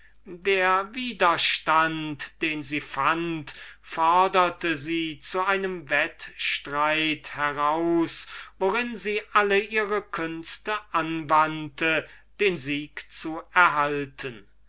der widerstand den sie fand forderte sie zu einem wettstreit heraus worin sie alle ihre künste anwandte den sieg zu erhalten